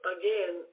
again